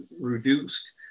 reduced